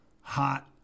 hot